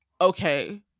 okay